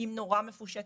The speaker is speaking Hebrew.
היא נורא מפושטת,